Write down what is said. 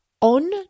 On